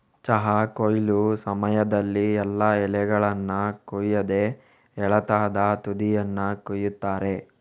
ಚಹಾ ಕೊಯ್ಲು ಸಮಯದಲ್ಲಿ ಎಲ್ಲಾ ಎಲೆಗಳನ್ನ ಕೊಯ್ಯದೆ ಎಳತಾದ ತುದಿಯನ್ನ ಕೊಯಿತಾರೆ